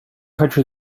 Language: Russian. хочу